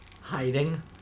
hiding